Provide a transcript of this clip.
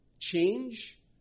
Change